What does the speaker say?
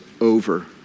over